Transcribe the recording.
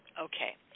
Okay